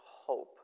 hope